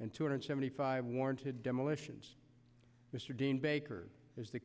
and two hundred seventy five warranted demolitions mr dean baker is the